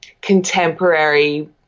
contemporary